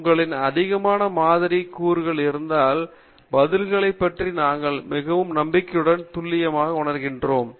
உங்களிடம் அதிகமான மாதிரி கூறுகள் இருந்தால் பதில்களைப் பற்றி நாங்கள் மிகவும் நம்பிக்கையுடன் துல்லியமாக உணர்கிறோம்